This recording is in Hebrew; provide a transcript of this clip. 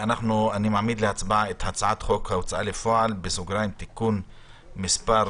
אני מעמיד להצבעה את הצעת חוק ההוצאה לפועל (תיקון מס'